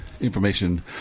information